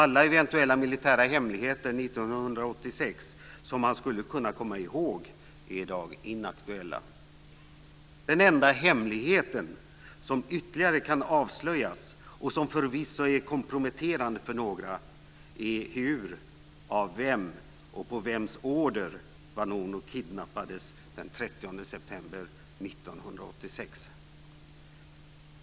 Alla eventuella militära hemligheter från 1986 som han skulle kunna komma ihåg är i dag inaktuella. Den enda hemligheten som ytterligare kan avslöjas och som förvisso är komprometterande för några är hur, av vem, och på vems order Vanunu kidnappades den 30 september 1986.